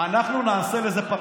אנחנו נעשה לזה פרשנות.